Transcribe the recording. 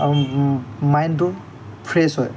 আৰু মাইণ্ডটো ফ্ৰেছ হয়